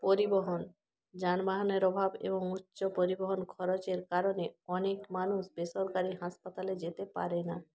পরিবহন যানবাহনের অভাব এবং উচ্চ পরিবহন খরচের কারণে অনেক মানুষ বেসরকারি হাসপাতালে যেতে পারে না